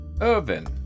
Irvin